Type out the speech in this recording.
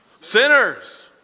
Sinners